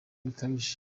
bikabije